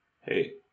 Hey